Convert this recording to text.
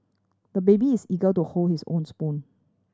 the baby is eager to hold his own spoon